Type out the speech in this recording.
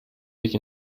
sich